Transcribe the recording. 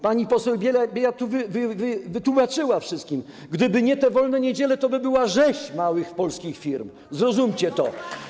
Pani poseł Biejat wytłumaczyła tu wszystkim, że gdyby nie te wolne niedziele, to by była rzeź małych polskich firm Zrozumcie to.